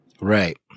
Right